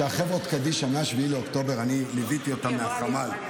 שאת החברות קדישא מ-7 באוקטובר אני ליוויתי מהחמ"ל.